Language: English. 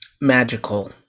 Magical